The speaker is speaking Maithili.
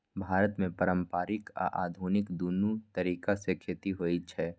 भारत मे पारंपरिक आ आधुनिक, दुनू तरीका सं खेती होइ छै